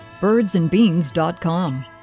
Birdsandbeans.com